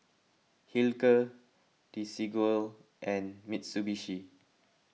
Hilker Desigual and Mitsubishi